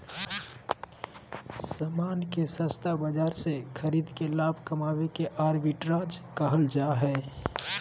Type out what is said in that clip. सामान के सस्ता बाजार से खरीद के लाभ कमावे के आर्बिट्राज कहल जा हय